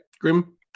Grim